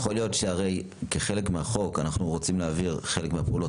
הרי כחלק מהחוק אנחנו רוצים להעביר חלק מהפעולות